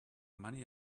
money